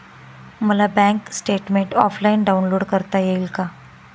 मला bank statement offline download करता येईल का?